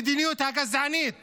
המדיניות הגזענית